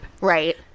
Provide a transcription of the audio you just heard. Right